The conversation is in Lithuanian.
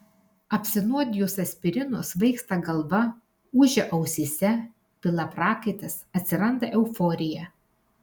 apsinuodijus aspirinu svaigsta galva ūžia ausyse pila prakaitas atsiranda euforija